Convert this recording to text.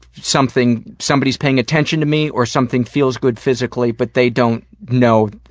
something somebody's paying attention to me or something feels good physically but they don't know, ah,